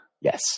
Yes